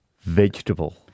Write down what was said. Vegetable